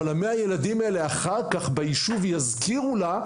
אבל ה- 100 ילדים האלה אחר כך ביישוב יזכירו לה,